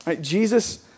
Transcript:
Jesus